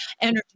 energy